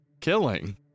killing